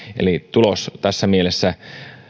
eli tulos tässä mielessä